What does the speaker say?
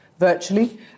virtually